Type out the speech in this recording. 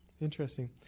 interesting